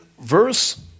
verse